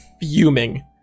fuming